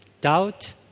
Doubt